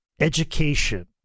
education